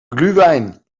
glühwein